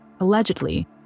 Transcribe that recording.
Allegedly